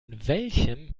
welchem